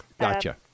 Gotcha